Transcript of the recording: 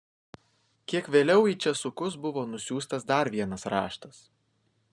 kiek vėliau į česukus buvo nusiųstas dar vienas raštas